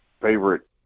favorite